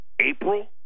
April